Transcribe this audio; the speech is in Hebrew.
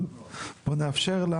אבל בוא נאפשר לה